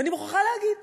ואני מוכרחה להגיד